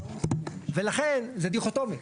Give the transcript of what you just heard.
ולכן, זה דיכוטומי.